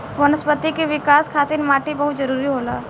वनस्पति के विकाश खातिर माटी बहुत जरुरी होला